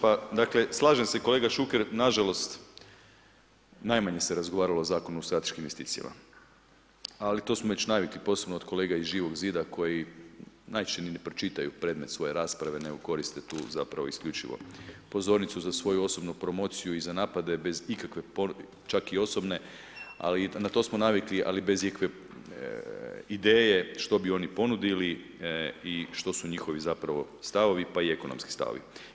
Pa dakle slažem se kolega Šuker, nažalost najmanje se razgovaralo o Zakonu o strateškim investicijama, ali to smo već navikli posebno od kolega iz Živog zida koji najčešće ni ne pročitaju predmet svoje rasprave nego koriste tu zapravo isključivo pozornicu za svoju osobnu promociju i za napade bez ikakve čak i osobne, ali to smo navikli ali bez ikakve ideje što bi oni ponudili i što su njihovi zapravo stavovi pa i ekonomski stavovi.